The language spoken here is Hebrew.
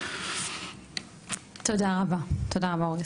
תודה רבה אורי.